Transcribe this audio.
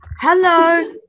Hello